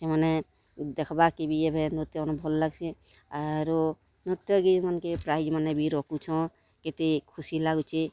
ଏମାନେ ଦେଖ୍ବାକେ ବି ଏଭେ ନୃତ୍ୟମାନ ଭଲ୍ ଲାଗ୍ସି ଆରୁ ନୃତ୍ୟ ଗୀତ୍ମାନଙ୍କେ ପ୍ରାଇଜ୍ମାନେ ବି ରଖୁଛଁ କେତେ ଖୁସି ଲାଗୁଛି